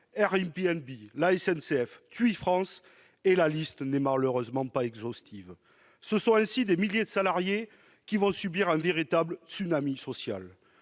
Airbnb, la SNCF, TUI France ; la liste n'est malheureusement pas exhaustive. Ce sont ainsi des milliers de salariés qui vont subir un véritable tsunami social.